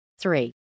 three